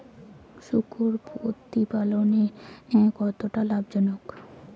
শূকর প্রতিপালনের কতটা লাভজনক?